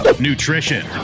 nutrition